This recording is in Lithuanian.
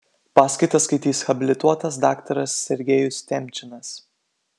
paskaitą skaitys habilituotas daktaras sergejus temčinas